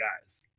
guys